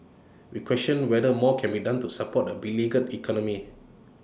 we question whether more can be done to support A beleaguered economy